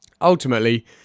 ultimately